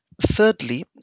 Thirdly